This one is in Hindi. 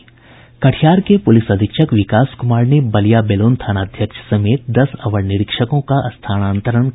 कहिटार के पुलिस अधीक्षक विकास कुमार ने बलिया बेलोन थानाध्यक्ष समेत दस अवर निरीक्षकों को स्थानांतरण कर दिया है